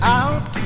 out